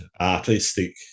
artistic